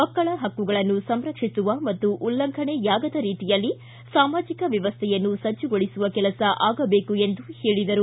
ಮಕ್ಕಳ ಹಕ್ಕುಗಳನ್ನು ಸಂರಕ್ಷಿಸುವ ಮತ್ತು ಉಲ್ಲಂಘನೆಯಾಗದ ರೀತಿಯಲ್ಲಿ ಸಾಮಾಜಿಕ ವ್ಯವಸ್ಥೆಯನ್ನು ಸಜ್ಜುಗೊಳಿಸುವ ಕೆಲಸ ಆಗಬೇಕು ಎಂದರು